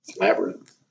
labyrinth